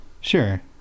Sure